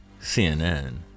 CNN